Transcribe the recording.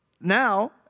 now